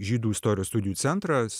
žydų istorijos studijų centras